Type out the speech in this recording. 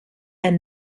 and